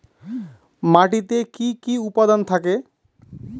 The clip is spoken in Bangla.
মাটিতে কি কি উপাদান থাকে?